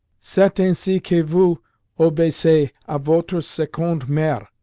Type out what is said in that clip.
c'est ainsi que vous obeissez a votre seconde mere,